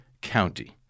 County